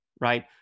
right